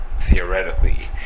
theoretically